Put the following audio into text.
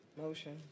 Motion